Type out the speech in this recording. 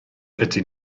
ydyn